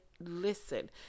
listen